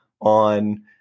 on